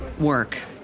work